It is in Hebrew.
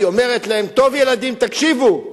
היא אומרת להם: טוב, ילדים, תקשיבו.